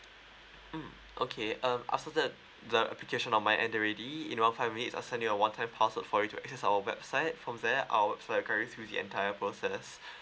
mm okay uh I've sorted the application on my end already in about five minutes I'll send you a one time password for you to access our website from there our website will guide you through the entire process